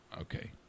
Okay